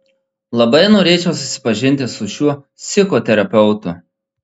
labai norėčiau susipažinti su šiuo psichoterapeutu